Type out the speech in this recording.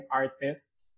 artists